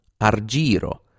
Argiro